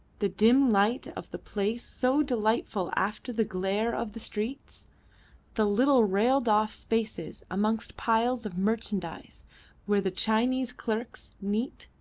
the dim light of the place, so delightful after the glare of the streets the little railed-off spaces amongst piles of merchandise where the chinese clerks, neat,